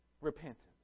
Repentance